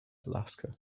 alaska